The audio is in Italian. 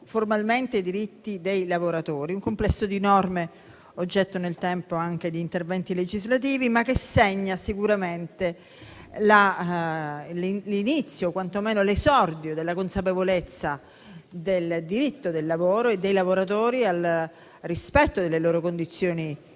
formalmente i diritti dei lavoratori; un complesso di norme oggetto nel tempo anche di interventi legislativi, ma che segna sicuramente l'inizio o quantomeno l'esordio della consapevolezza del diritto del lavoro e dei lavoratori al rispetto delle loro condizioni